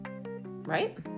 Right